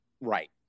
right